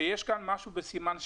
שיש כאן משהו בסימן שאלה.